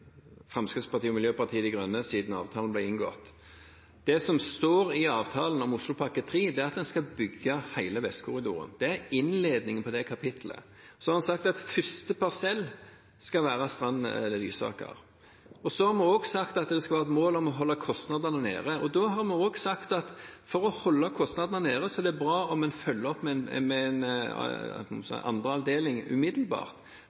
Fremskrittspartiet og Miljøpartiet De Grønne siden avtalen ble inngått. Det som står i avtalen om Oslopakke 3, er at en skal bygge hele Vestkorridoren. Det er innledningen til det kapittelet. Så har vi sagt at første parsell skal være Lysaker–Strand. Vi har også sagt at det skal være et mål å holde kostnadene nede, og da har vi sagt at for å holde kostnadene nede er det bra om en følger opp med en andre avdeling umiddelbart, for da slipper man en